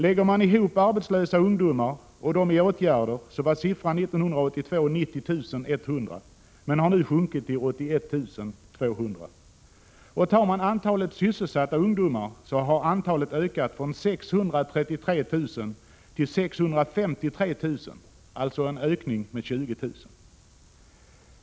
Lägger man ihop antalet arbetslösa ungdomar med antalet i åtgärder finner man att siffran 1982 var 90 100 men har nu sjunkit till 81 200. Och antalet sysselsatta ungdomar har ökat från 633 000 till 653 000, alltså en ökning med 20 000.